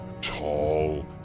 tall